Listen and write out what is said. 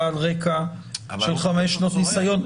בעל רקע אבל 5 שנות ניסיון.